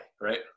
right